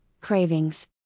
cravings